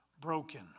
broken